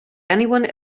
anyone